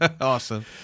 Awesome